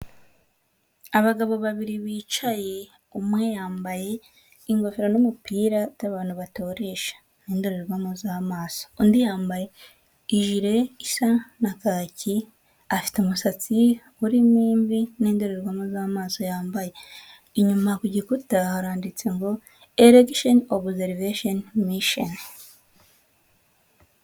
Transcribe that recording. Abagabo babiri bicaye umwe yambaye ingofero n'umupira by'abantu batoresha n'indorerwamo za maso, undi yambaye ijire isa na piki afite umusatsi urimo imvi n'indorerwamo z'amaso yambaye, inyuma ku gikuta haranditse ngo election observation mission.